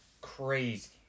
crazy